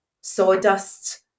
sawdust